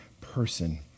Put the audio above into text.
person